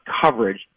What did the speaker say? coverage